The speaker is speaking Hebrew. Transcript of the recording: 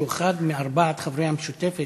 שהוא אחד מארבעת חברי המשותפת